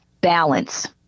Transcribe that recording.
Balance